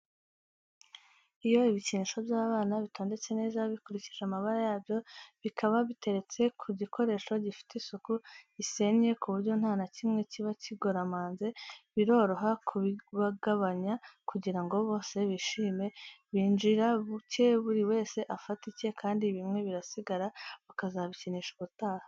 Iyo ibikinisho by'abana bitondetse neza bikurikije amabara yabyo, bikaba biteretse ku gikoresho gifite isuku, gisennye ku buryo nta na kimwe kiba kigoromanze, biroroha kubibagabanya, kugira ngo bose bishime, binjira buke buri wese afata icye, kandi bimwe birasigara bakazabikinisha ubutaha.